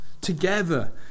together